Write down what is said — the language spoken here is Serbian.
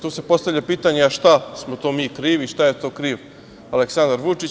Tu se postavlja pitanje - a šta smo to mi krivi, šta je to kriv Aleksandar Vučić?